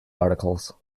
articles